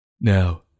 Now